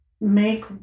make